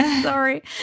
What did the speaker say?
Sorry